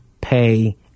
pay